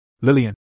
Lillian